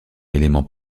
élément